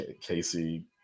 Casey